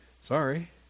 Sorry